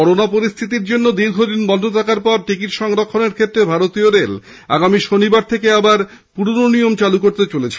corona পরিস্থিতির জন্য দীর্ঘদিন বন্ধ থাকার পরে টিকিট সংরক্ষণের ক্ষেত্রে ভারতীয় রেল আগামী শনিবার থেকে আবার পুরনো নিয়ম চালু করতে চলেছে